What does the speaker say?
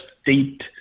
State